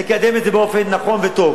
נקדם את זה באופן נכון וטוב.